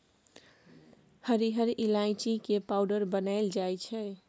हरिहर ईलाइची के पाउडर बनाएल जाइ छै